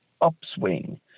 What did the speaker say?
upswing